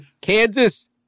Kansas